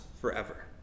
forever